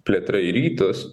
plėtra į rytus